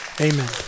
Amen